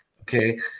Okay